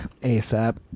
ASAP